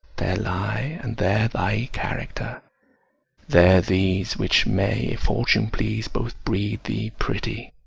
there lie and there thy character there these which may if fortune please, both breed thee, pretty,